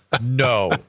no